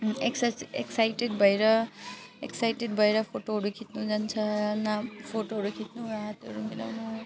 excite excited भएर excited भएर फोटोहरू खिच्नु जान्छ ना फोटोहरू खिच्नु हातहरू मिलाउनु